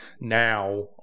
now